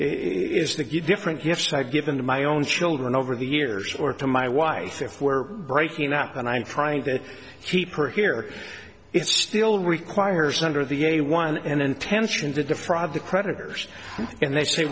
is to give different gifts i've given my own children over the years or to my wife if we're breaking up and i'm trying to keep her here it still requires under the a one and intention to defraud the creditors and they say